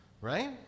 Right